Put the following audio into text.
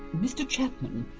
mr chapman.